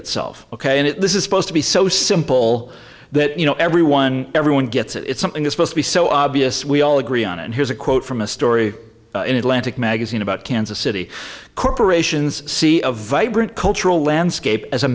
itself ok and this is supposed to be so simple that you know everyone everyone gets it's something this must be so obvious we all agree on and here's a quote from a story in atlantic magazine about kansas city corporations see a vibrant cultural landscape as a